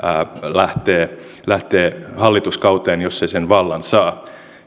lähtee lähtee hallituskauteen jos se sen vallan saa